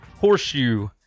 Horseshoe